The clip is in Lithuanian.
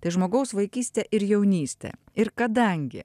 tai žmogaus vaikystė ir jaunystė ir kadangi